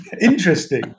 interesting